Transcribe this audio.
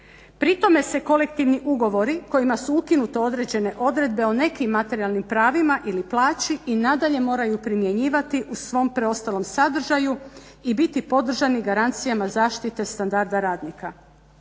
Pri tome se Kolektivni ugovori kojima su ukinuti određene odredbe o nekim materijalnim pravima i plaći i nadalje moraju primjenjivati u svom preostalu sadržaju i biti podržani garancijama zaštite standarda radnika.